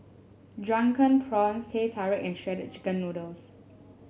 Drunken Prawns Teh Tarik and Shredded Chicken Noodles